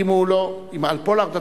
אולי על פולארד.